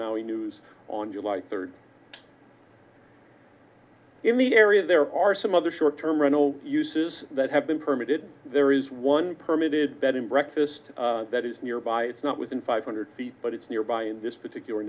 maui news on july third in the area there are some other short term rental uses that have been permitted there is one permit is bed and breakfast that is nearby it's not within five hundred feet but it's nearby in this particular